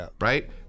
right